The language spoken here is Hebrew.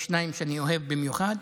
יש שניים שאני אוהב במיוחד: